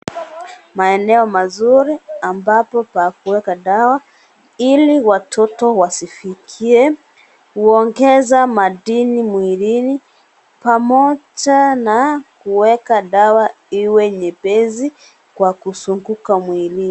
Maeneo mazuri ambapo pa kiweka dawa ili watoto wasifikie, huongeza madini mwilini pamoja na kuweka dawa iwe nyepesi kwa kuzunguka mwili.